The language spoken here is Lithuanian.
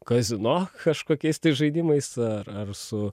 kazino kažkokiais tai žaidimais ar ar su